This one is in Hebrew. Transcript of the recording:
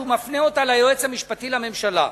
שהוא מפנה ליועץ המשפטי לממשלה,